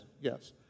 yes